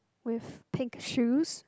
with pink shoes